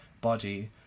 body